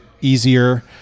easier